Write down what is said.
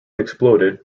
exploded